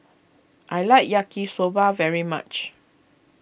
I like Yaki Soba very much